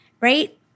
Right